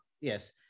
Yes